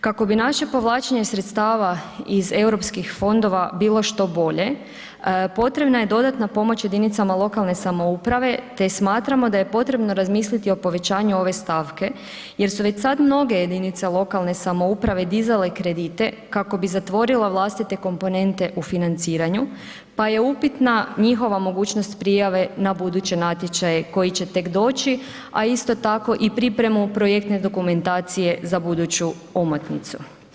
Kako bi naše povlačenje sredstava iz europskih fondova bilo što bolje, potrebna je dodatna pomoć jedinicama lokalne samouprave te smatramo daje potrebno razmisliti o povećanju ove stavke jer su već sad mnoge jedinice lokalne samouprave dizale kredite kak bi zatvorile vlastite komponente u financiranju pa je upitna njihova mogućnost prijave na buduće natječaje koji će tek doći a isto tako i pripremu projektne dokumentacije za buduću omotnicu.